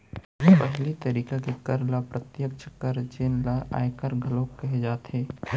पहिली तरिका के कर ल प्रत्यक्छ कर जेन ल आयकर घलोक कहे जाथे